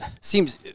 Seems